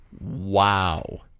Wow